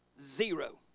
Zero